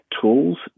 tools